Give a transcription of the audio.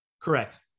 Correct